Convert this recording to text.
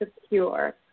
secure